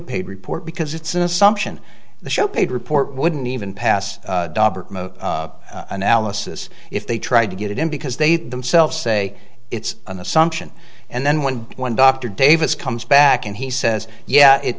paid report because it's an assumption the show page report wouldn't even pass analysis if they tried to get it in because they themselves say it's an assumption and then when when dr davis comes back and he says yeah it